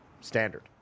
standard